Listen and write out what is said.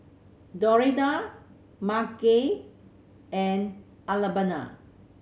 Doretta Margy and Alabama